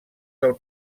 del